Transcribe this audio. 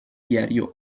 diario